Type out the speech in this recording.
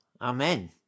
Amen